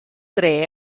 dre